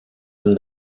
amb